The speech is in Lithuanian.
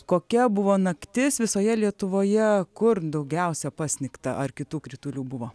kokia buvo naktis visoje lietuvoje kur daugiausia pasnigta ar kitų kritulių buvo